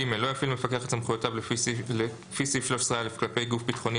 (ג) לא יפעיל מפקח את סמכויותיו לפי סעיף 13א כלפי גוף ביטחוני,